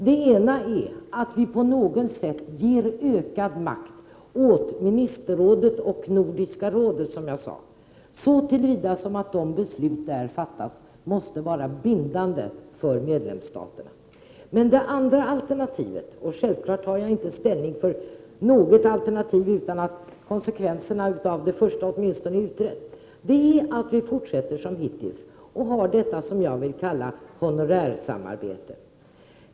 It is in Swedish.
Det ena är att vi på något sätt ger ökad makt åt Ministerrådet och Nordiska rådet, så till vida att de beslut som där fattas måste vara bindande för medlemsstaterna. Det andra alternativet är att vi fortsätter som hittills och har detta honorärsamarbete, som jag vill kalla det. Självfallet tar jag inte ställning för något alternativ utan att konsekvenserna av det första åtminstone är utredda.